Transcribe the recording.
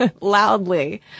loudly